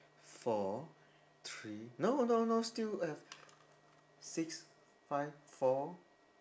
four three no no no still have six five four